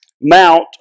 mount